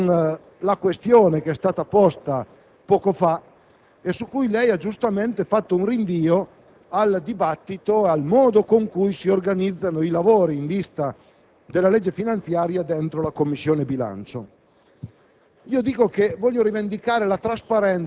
di una rivendicazione che ha a che fare con la questione posta poco fa e su cui lei, signor Presidente, ha giustamente fatto un rinvio al dibattito e al modo in cui si organizzano i lavori in vista della legge finanziaria in Commissione bilancio.